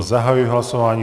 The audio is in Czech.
Zahajuji hlasování.